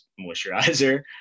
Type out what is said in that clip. moisturizer